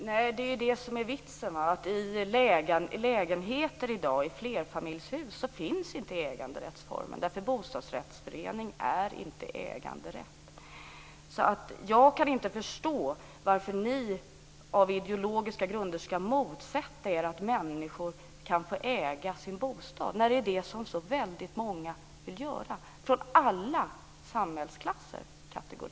Fru talman! Det som är vitsen är att skapa en äganderätt. I dag finns inte äganderättsformen för lägenheter i flerfamiljshus. Bostadsrättsförening är inte äganderätt. Jag kan inte förstå varför ni på ideologiska grunder skall motsätta er att människor kan få äga sin bostad när det är det som så väldigt många vill göra, och det från alla kategorier och samhällsklasser.